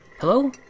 Hello